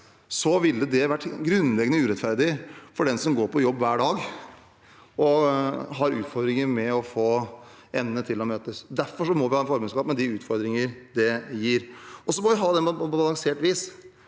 ville det ha vært grunnleggende urettferdig for den som går på jobb hver dag og har utfordringer med å få endene til å møtes. Derfor må vi ha en formuesskatt, med de utfordringer det gir. Så må vi ha den på balansert vis,